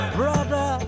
brother